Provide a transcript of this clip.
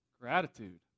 Gratitude